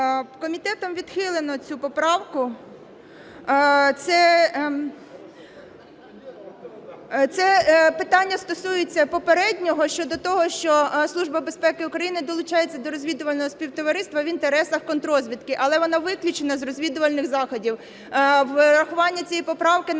Комітетом відхилено цю поправку. Це питання стосується попереднього щодо того, що Служба безпеки України долучається до розвідувального співтовариства в інтересах контррозвідки, але вона виключена з розвідувальних заходів. Врахування цієї поправки, на жаль,